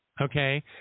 Okay